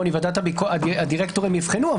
ועדת הדירקטורים יבחנו,